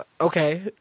Okay